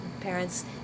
parents